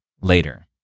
later